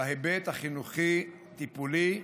בהיבט החינוכי-טיפולי,